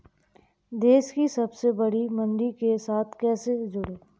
देश की सबसे बड़ी मंडी के साथ कैसे जुड़ें?